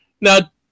Now